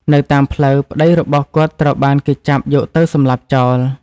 នៅតាមផ្លូវ ប្តីរបស់គាត់ត្រូវបានគេចាប់យកទៅសម្លាប់ចោល។